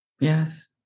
Yes